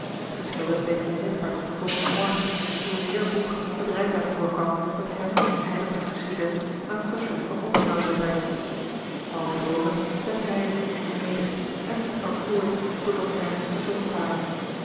de schilder bleef onzichtbaar tot den volgenden morgen toen zeer vroeg het rijtuig voorkwam dat hem en den heidelbergschen student naar het station van oppenau zou brengen half droomend zette hij er zich in neder en sliep nog voort totdat zij aan het station kwamen